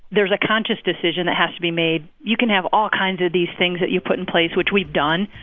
there's a conscious decision that has to be made. you can have all kinds of these things that you put in place, which we've done.